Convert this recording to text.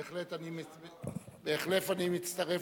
בהחלט, אני מצטרף.